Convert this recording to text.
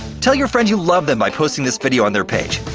tell your friend you love them by posting this video on their page!